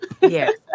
Yes